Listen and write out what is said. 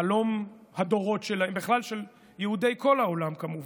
חלום הדורות שלהם ובכלל של יהודי כל העולם כמובן.